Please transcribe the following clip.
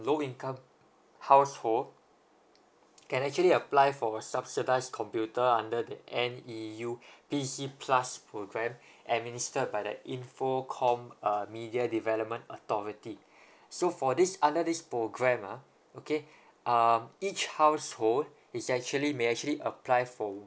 low income household can actually apply for a subsidised computer under the N_E_U P_C plus program administered by the infocomm uh media development authority so for this under this program uh okay um each household is actually may actually apply for